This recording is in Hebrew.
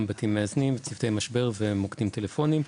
בתים מאזנים וצוותי משבר ומוקדים טלפוניים,